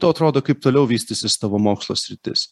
tau atrodo kaip toliau vystysis tavo mokslo sritis